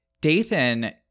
Dathan